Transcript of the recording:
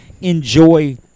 enjoy